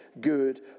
good